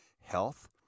health